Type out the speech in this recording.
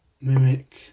Mimic